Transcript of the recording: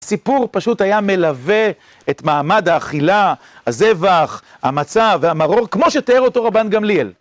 הסיפור פשוט היה מלווה את מעמד האכילה, הזבח, המצה והמרור, כמו שתיאר אותו רבן גמליאל.